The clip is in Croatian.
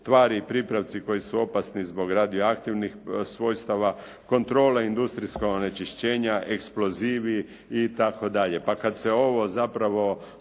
tvari i pripravci koji su opasni zbog radioaktivnih svojstava, kontrole industrijskog onečišćenja, eksplozivi itd. Pa kad se ovo zapravo